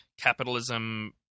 capitalism